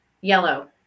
yellow